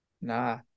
Nah